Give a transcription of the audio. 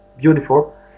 Beautiful